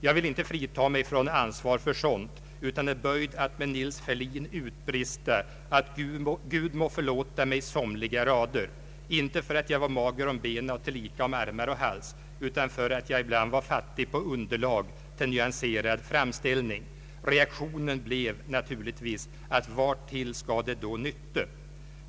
Jag vill inte frita mig från ansvar för sådant, utan är böjd för att med Nils Ferlin utbrista att ”Gud må förlåta mig somliga rader”, inte för att jag var ”mager om bena, desslikes om armar och hals”, utan för att jag ibland var fattig på underlag till nyanserad framställning. Reaktionen blev naturligtvis: Hvortil skal det nytte?